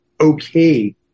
okay